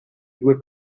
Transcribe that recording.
due